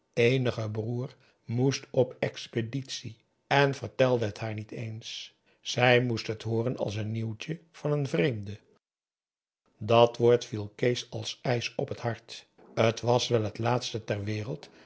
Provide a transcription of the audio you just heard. eenige broêr moest op expeditie en vertelde het haar niet eens zij moest het hooren als een nieuwtje van n vreemde dàt woord viel kees als ijs op het hart t was wel het laatste ter wereld